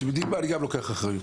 אתם יודעים מה, אני גם לוקח אחריות.